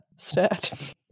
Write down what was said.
Stat